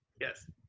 Yes